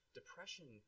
depression